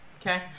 Okay